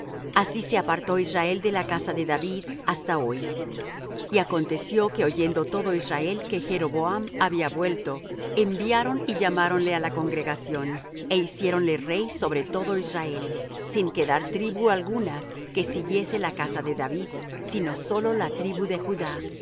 así se apartó israel de la casa de david hasta hoy y aconteció que oyendo todo israel que jeroboam había vuelto enviaron y llamáronle á la congregación é hiciéronle rey sobre todo israel sin quedar tribu alguna que siguiese la casa de david sino sólo la tribu de judá